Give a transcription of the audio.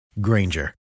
Granger